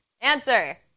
Answer